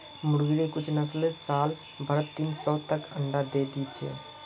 मुर्गिर कुछ नस्ल साल भरत तीन सौ तक अंडा दे दी छे